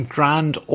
Grand